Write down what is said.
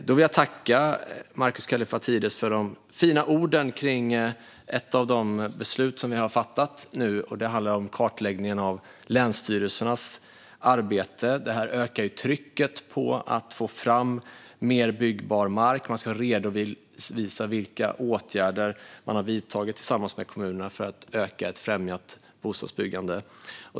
Jag vill tacka Markus Kallifatides för de fina orden om ett av de beslut vi har fattat, nämligen kartläggningen av länsstyrelsernas arbete. Detta ökar trycket på att få fram mer byggbar mark. Man ska redovisa vilka åtgärder man har vidtagit tillsammans med kommunerna för att främja ett ökat bostadsbyggande.